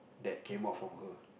that came out from her